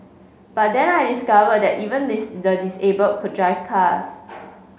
but then I discovered that even the disable could drive cars